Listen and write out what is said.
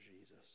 Jesus